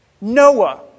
Noah